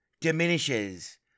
diminishes